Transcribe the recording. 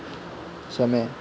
समय